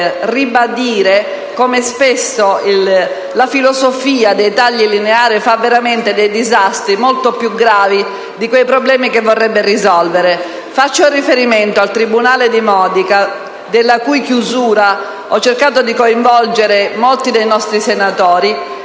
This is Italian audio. come spesso la filosofia dei tagli lineari faccia veramente dei disastri molto più gravi di quei problemi che vorrebbe risolvere. Faccio riferimento al tribunale di Modica, della cui chiusura ho cercato di coinvolgere molti dei nostri senatori,